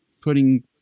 putting